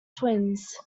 twins